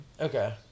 Okay